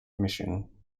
mission